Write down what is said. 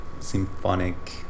symphonic